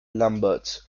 lambert